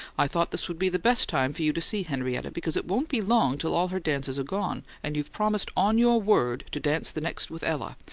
i thought this would be the best time for you to see henrietta, because it won't be long till all her dances are gone, and you've promised on your word to dance the next with ella,